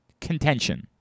contention